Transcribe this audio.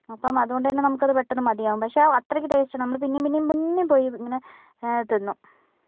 അപ്പോൾ അതുകൊണ്ട് തന്നെ നമുക്കത് പെട്ടെന്ന് മതിയാകും പഷെ അത്രയ്ക്ക് ടേയ്സ്റ്റാ നമ്മള് പിന്നേയും പിന്നേയും പിന്നേയും പോയി ഇങ്ങനെ തിന്നും